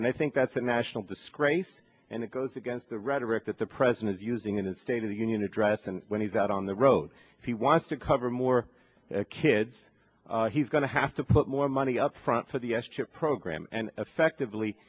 and i think that's a national disgrace and it goes against the rhetoric that the president is using in his state of the union address and when he's out on the road if he wants to cover more kids he's going to have to put more money up front for the s chip program and effectively